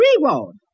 reward